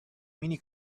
mini